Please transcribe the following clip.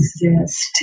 exist